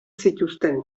zituzten